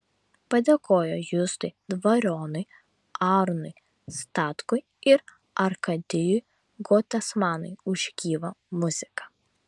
padėkojo justui dvarionui arūnui statkui ir arkadijui gotesmanui už gyvą muziką